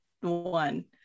one